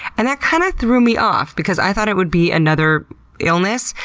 and that kind of threw me off because i thought it would be another illness.